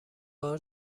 بار